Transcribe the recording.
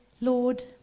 Lord